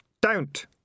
Don't